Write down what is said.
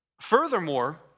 Furthermore